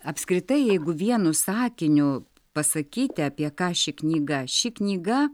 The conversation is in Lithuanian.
apskritai jeigu vienu sakiniu pasakyti apie ką ši knyga ši knyga